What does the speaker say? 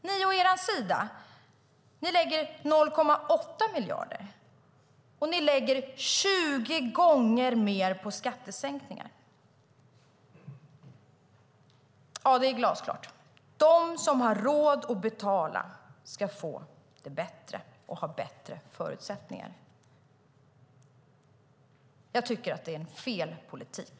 Majoriteten lägger å sin sida 0,8 miljarder - och de lägger 20 gånger mer på skattesänkningar. Ja, det är glasklart. Jag tycker att det är fel politik.